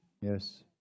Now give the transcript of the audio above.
Yes